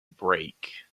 break